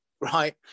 right